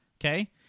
Okay